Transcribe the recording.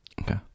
Okay